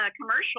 commercial